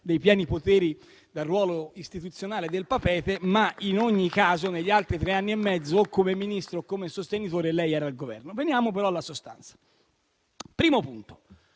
dei pieni poteri dal ruolo istituzionale del Papeete, ma in ogni caso negli altri tre anni e mezzo, come Ministro o come sostenitore, lei era al Governo. Veniamo però alla sostanza. Il primo punto